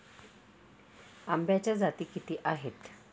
आंब्याच्या जाती किती आहेत?